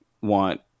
want